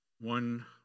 One